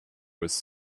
was